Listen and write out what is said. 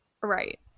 Right